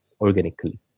organically